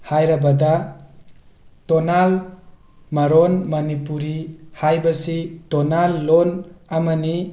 ꯍꯥꯏꯔꯕꯗ ꯇꯣꯅꯥꯜ ꯃꯔꯣꯟ ꯃꯅꯤꯄꯨꯔꯤ ꯍꯥꯏꯕꯁꯤ ꯇꯣꯅꯥꯜ ꯂꯣꯟ ꯑꯃꯅꯤ